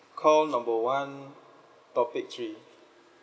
call number one topic three